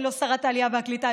אני לא שרת העלייה והקליטה,